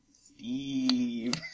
Steve